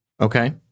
Okay